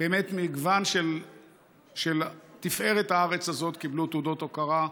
מגוון של תפארת הארץ הזאת קיבלו תעודות הוקרה.